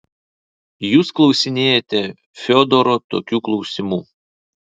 jūs klausinėjate fiodoro tokių klausimų